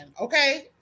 Okay